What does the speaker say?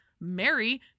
Mary